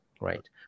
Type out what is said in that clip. right